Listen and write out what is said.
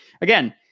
again